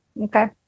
Okay